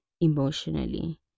emotionally